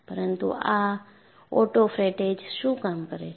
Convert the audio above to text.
પરંતુ આ ઓટોફ્રેટેજ શું કામ કરે છે